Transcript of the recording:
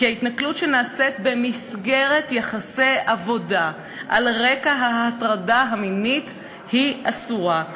כי התנכלות שנעשית במסגרת יחסי עבודה על רקע הטרדה מינית היא אסורה.